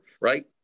right